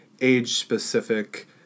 age-specific